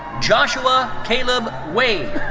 joshua caleb wade.